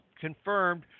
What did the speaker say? confirmed